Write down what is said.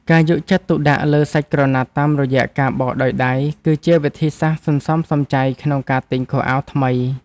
ការយកចិត្តទុកដាក់លើសាច់ក្រណាត់តាមរយៈការបោកដោយដៃ គឺជាវិធីសាស្ត្រសន្សំសំចៃក្នុងការទិញខោអាវថ្មី។